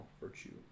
virtue